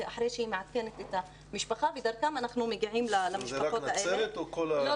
אחרי שהיא מעדכנת את המשפחה ודרכה אנחנו מגיעים למשפחות האלה.